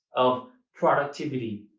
of productivity.